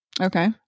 Okay